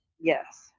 yes